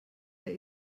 der